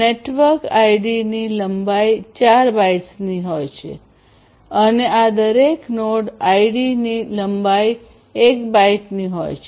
network આઈડીની લંબાઈ 4 બાઇટ્સની છે હોય છે અને આ દરેક નોડ આઈડીની લંબાઈ 1 બાઇટ્ની હોય છે